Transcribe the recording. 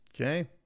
Okay